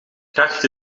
kracht